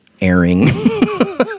airing